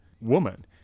woman